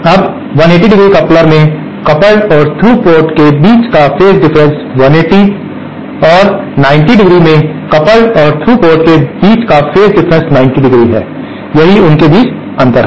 अब 180° कपलर में कपल्ड और थ्रू पोर्ट के बीच का फेज डिफरेंस 180° और 90° में कपल्ड और थ्रू पोर्ट के बीच का फेज डिफरेंस 90° है यही उनके बीच अंतर है